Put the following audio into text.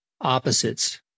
opposites